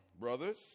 brothers